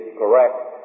correct